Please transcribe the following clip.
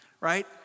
right